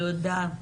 תודה.